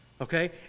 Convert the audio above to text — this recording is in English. Okay